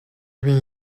bin